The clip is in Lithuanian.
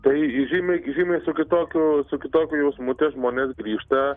tai žymiai žymiai su kitokiu su kitokiu jausmu tie žmonės grįžta